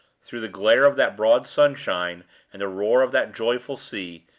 through the glare of that broad sunshine and the roar of that joyful sea,